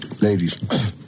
Ladies